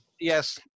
Yes